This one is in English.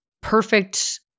perfect